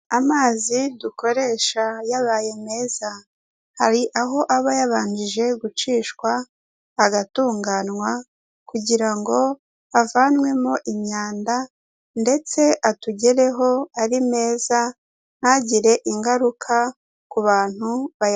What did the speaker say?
Amazi dukoresha yabaye meza. Hari aho aba yabanje gucishwa agatunganywa, kugira ngo havanwemo imyanda ndetse atugereho ari meza ntagire ingaruka ku bantu bayakoresha.